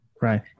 Right